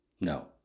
no